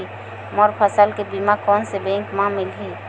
मोर फसल के बीमा कोन से बैंक म मिलही?